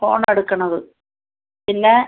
phone എടുക്കുന്നത് പിന്നെ